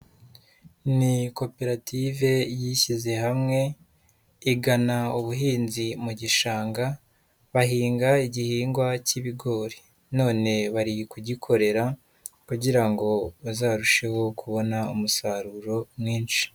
Ni koperative yishyize hamwe igana ubuhinzi mu gishanga, bahinga igihingwa cy'ibigori, none bari kugikorera kugira ngo bazarusheho kubona umusaruro mwinshi.